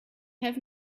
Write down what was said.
have